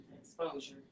Exposure